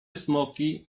smoki